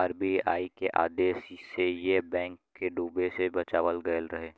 RBI के आदेश से येस बैंक के डूबे से बचावल गएल रहे